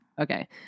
Okay